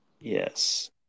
yes